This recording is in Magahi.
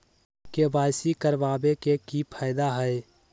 के.वाई.सी करवाबे के कि फायदा है?